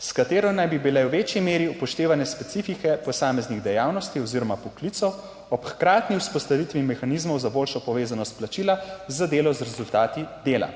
s katero naj bi bile v večji meri upoštevane specifike posameznih dejavnosti oziroma poklicev ob hkratni vzpostavitvi mehanizmov za boljšo povezanost plačila za delo z rezultati dela.